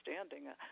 understanding